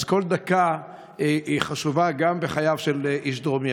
אז כל דקה היא חשובה גם בחייו של איש דרומי,